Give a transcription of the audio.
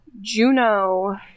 Juno